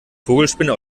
vogelspinne